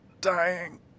dying